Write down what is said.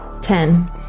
Ten